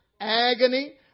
agony